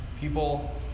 People